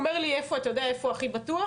הוא אומר לי איפה, אתה יודע, איפה הכי בטוח?